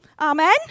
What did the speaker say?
Amen